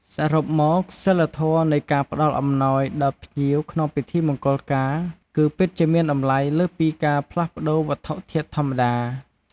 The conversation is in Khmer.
សរុបមក សីលធម៌នៃការផ្តល់អំណោយដល់ភ្ញៀវក្នុងពិធីមង្គលការ គឺពិតជាមានតម្លៃលើសពីការផ្លាស់ប្តូរវត្ថុធាតុធម្មតា។